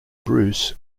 bruce